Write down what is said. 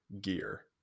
gear